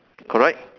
correct